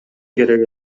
керек